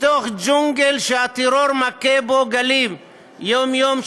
בתוך ג'ונגל שהטרור מכה בו גלים יום-יום,